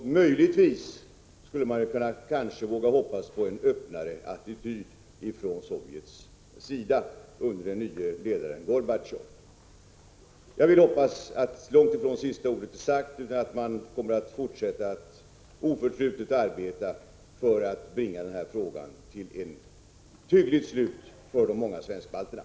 Möjligtvis vågar man hoppas på en öppnare attityd från Sovjets sida under den nye ledaren Gorbatjov. Jag hoppas att sista ordet långt ifrån är sagt, utan att man fortsätter att oförtrutet arbeta för att bringa denna fråga till ett hyggligt slut för de många svensk-balterna.